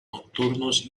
nocturnos